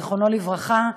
זיכרונו לברכה,